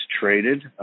traded